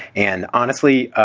and honestly,